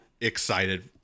excited